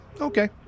okay